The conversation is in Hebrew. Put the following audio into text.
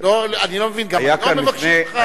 אני לא מבין, גם היום מבקשים ממך?